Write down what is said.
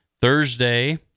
Thursday